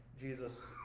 Jesus